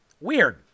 Weird